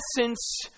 essence